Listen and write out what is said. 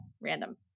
random